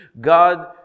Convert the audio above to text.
God